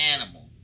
animal